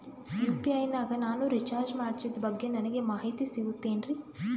UPI ನಾಗ ನಾನು recharge ಮಾಡಿಸಿದ ಬಗ್ಗೆ ನನಗೆ ಮಾಹಿತಿ ಸಿಗುತೇನ್ರೀ?